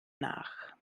nach